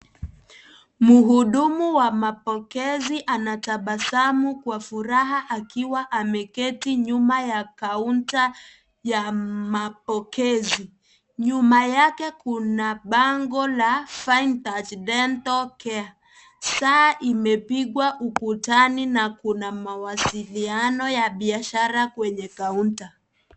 Muhudumu wa mapokezi anatabasamu kwa furaha akiwa ameketi nyuma ya kaunta, ya mapokezi, nyuma yake kuna bango la (cs) fine touch, dental care(cs), saa imepigwa ukutani na kuna mawasiliano ya biashara kwenye kaunta.